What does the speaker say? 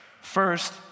First